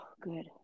good